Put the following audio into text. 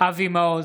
אבי מעוז,